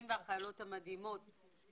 השירות היה לי משמעותי ביותר.